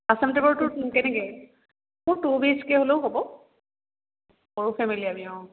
আচাম টাইপৰটো কেনেকৈ মোৰ টু বি এইচ কে হ'লেও হ'ব সৰু ফেমিলি আমি অঁ